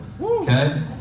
okay